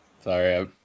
Sorry